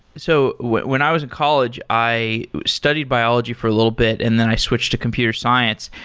so when when i was in college, i studied biology for a little bit and then i switched to computer science.